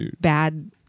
bad